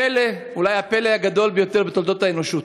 פלא, אולי הפלא הגדול ביותר בתולדות האנושות.